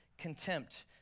contempt